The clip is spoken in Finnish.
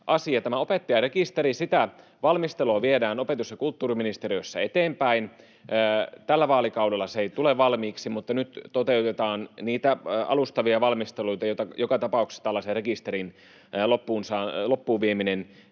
asia. Opettajarekisteri: Sen valmistelua viedään opetus- ja kulttuuriministeriössä eteenpäin. Tällä vaalikaudella se ei tule valmiiksi, mutta nyt toteutetaan niitä alustavia valmisteluita, joita joka tapauksessa tällaisen rekisterin loppuun vieminen